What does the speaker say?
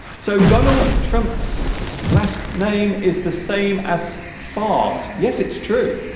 so donald trump's last name is the same as fart yes it's true